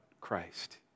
Christ